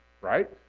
right